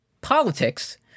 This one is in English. politics